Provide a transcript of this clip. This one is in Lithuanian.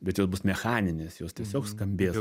bet jos bus mechaninės jos tiesiog skambės